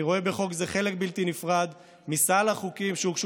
אני רואה בחוק זה חלק בלתי נפרד מסל החוקים שהוגשו